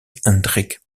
hendrik